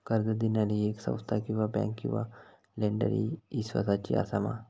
कर्ज दिणारी ही संस्था किवा बँक किवा लेंडर ती इस्वासाची आसा मा?